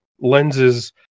lenses